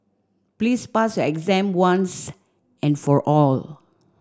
please pass your exam once and for all